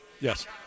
Yes